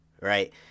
right